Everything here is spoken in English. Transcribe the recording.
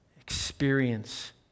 experience